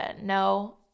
No